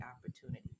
opportunity